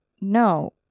no